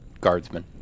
guardsmen